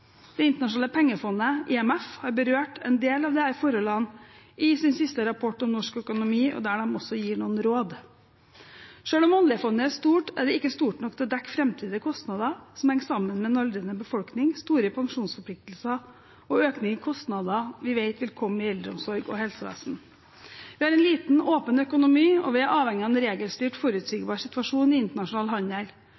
Det internasjonale pengefondet, IMF, har berørt en del av disse forholdene i sin siste rapport om norsk økonomi, der de også gir noen råd. Selv om oljefondet er stort, er det ikke stort nok til å dekke framtidige kostnader som henger sammen med en aldrende befolkning, store pensjonsforpliktelser og økningen i kostnader vi vet vil komme i eldreomsorg og helsevesen. Vi har en liten og åpen økonomi, og vi er avhengige av en regelstyrt,